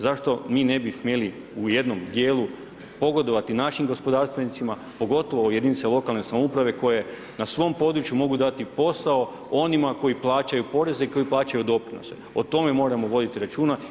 Zašto mi ne bi smjeli u jednom dijelu pogodovati našim gospodarstvenicima, pogotovo jedinice lokalne samouprave koje na svom području mogu dati posao onima koji plaćaju poreze, koji plaćaju doprinose, o tome moramo voditi računa.